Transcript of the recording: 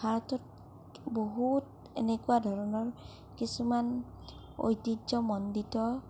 ভাৰতত বহুত এনেকুৱা ধৰণৰ কিছুমান ঐতিহ্যমণ্ডিত